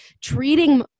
treating